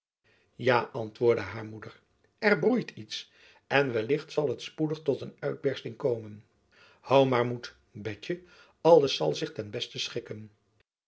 ja antwoordde haar moeder er broeit iets en wellicht zal het spoedig tot een uitbersting komen hoû maar moed betjen alles zal zich ten beste schikken